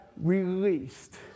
released